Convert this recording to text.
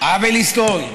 עוול היסטורי.